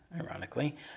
ironically